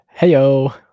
Heyo